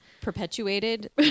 Perpetuated